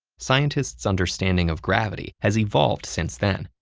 scientists' understanding of gravity has evolved since then,